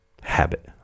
habit